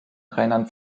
rheinland